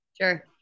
Sure